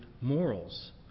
morals